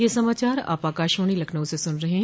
ब्रे क यह समाचार आप आकाशवाणी लखनऊ से सुन रहे हैं